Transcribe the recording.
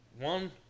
one